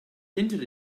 hinted